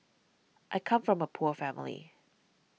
I come from a poor family